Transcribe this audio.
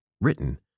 Written